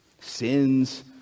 sins